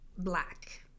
black